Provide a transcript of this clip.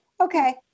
Okay